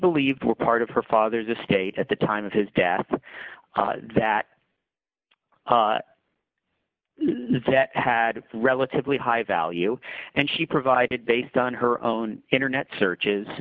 believed were part of her father's estate at the time of his death that that had relatively high value and she provided based on her own internet searches